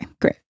great